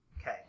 Okay